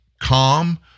calm